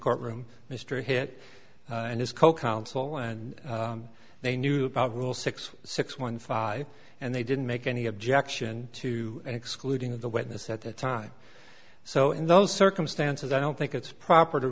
courtroom mr hit and his co counsel and they knew about rule six six one five and they didn't make any objection to excluding the witness at the time so in those circumstances i don't think it's proper to